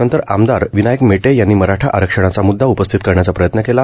नंतर आमदार विनायक मेटे यांनी मराठा आरक्षणाचा म्द्दा उपस्थित करण्याचा प्रयत्न केला